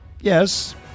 yes